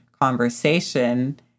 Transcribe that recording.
conversation